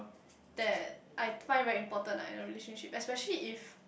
that I find very important ah in a relationship especially if